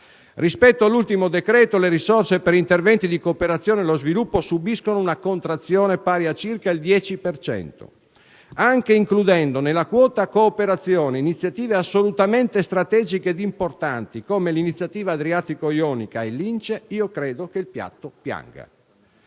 Rispetto all'ultimo decreto le risorse per interventi di cooperazione allo sviluppo subiscono una contrazione pari a circa il 10 per cento. Anche includendo nella quota cooperazione iniziative assolutamente strategiche ed importanti come l'iniziativa adriatico-ionica e l'INCE, credo che il piatto pianga.